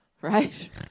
right